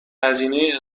هزینه